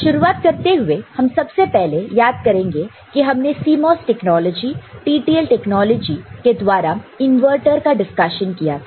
शुरुआत करते हुए सबसे पहले हम याद करेंगे कि हमने CMOS टेक्नोलॉजी TTL टेक्नोलॉजी के द्वारा इनवर्टर का डिस्कशन किया था